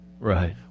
Right